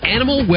Animal